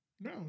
No